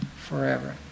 forever